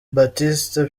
batista